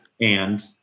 And-